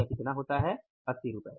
तो यह कितना होता है 80 रु